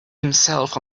himself